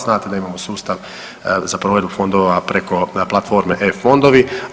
Znate da imamo sustav za provedbu fondova preko platforme e-fondovi.